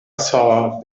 saw